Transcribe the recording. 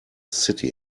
city